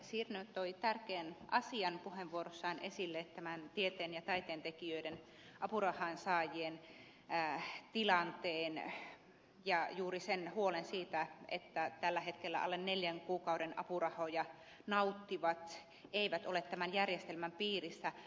sirnö toi tärkeän asian puheenvuorossaan esille tämän tieteen ja taiteen tekijöiden apurahansaajien tilanteen ja juuri sen huolen siitä että tällä hetkellä alle neljän kuukauden apurahoja nauttivat eivät ole tämän järjestelmän piirissä